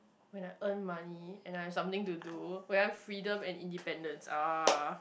when I earn money and I have something to do when I have freedom and independence ah